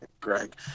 Greg